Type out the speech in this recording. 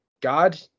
God